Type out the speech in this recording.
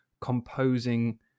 composing